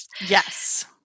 Yes